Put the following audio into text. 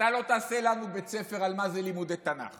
אתה לא תעשה לנו בית ספר על מה זה לימודי תנ"ך.